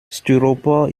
styropor